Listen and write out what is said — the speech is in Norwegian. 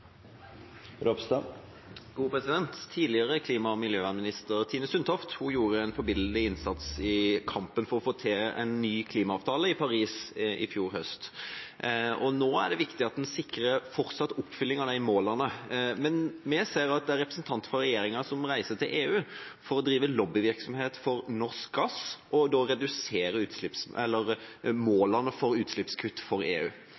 Ropstad – til oppfølgingsspørsmål. Tidligere klima- og miljøminister Tine Sundtoft gjorde en forbilledlig innsats i kampen for å få til en ny klimaavtale i Paris i fjor høst, og nå er det viktig at en sikrer fortsatt oppfylling av de målene. Men vi ser at det er representanter for regjeringa som reiser til EU for å drive lobbyvirksomhet for norsk gass og redusere målene for utslippskutt for EU. Det er blitt gjort analyser som viser at hvis EU